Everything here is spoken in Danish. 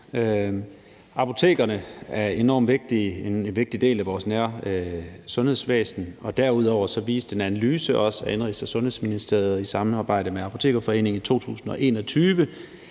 vigtige. De er en vigtig del af vores nære sundhedsvæsen. Derudover viste en analyse fra 2021 af Indenrigs- og Sundhedsministeriet i samarbejde med Apotekerforeningen også,